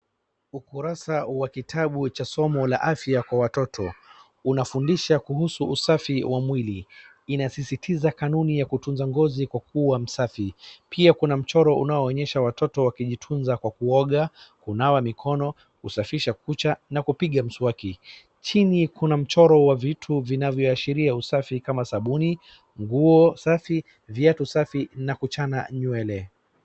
Ukuraasa wa kitabu cha somo la afya kwa watoto unafundisha kuhusu usafi wa mwili. Inasisitiza kanuni ya kutunza ngozi kwa kuwa msafi. Pia kuna mchoro unaoonyesha watoto wakijitunza kwa kuoga na kunawa mikono kusafisha kucha na kupiga mswaki. Chini kuna mchoro wa vitu vinavyoashiria usafi kama sabuni, nguo safi , viatu safi na kuchana nywele.